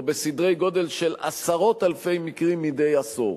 או בסדרי גודל של עשרות אלפי מקרים מדי עשור.